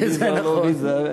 ויזה או לא ויזה,